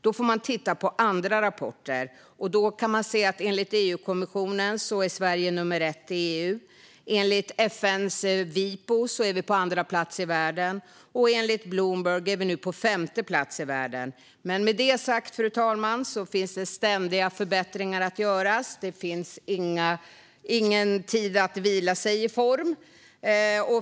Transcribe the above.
Då får man titta på andra rapporter. Då kan man se att Sverige enligt EU-kommissionen är Sverige nummer ett i EU. Enligt FN:s Wipo är Sverige på andra plats i världen. Och enligt Bloomberg är Sverige nu på femte plats i världen. Fru talman! Med detta sagt finns det ständiga förbättringar att göra. Det finns ingen tid att vila sig i form.